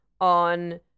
on